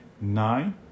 nine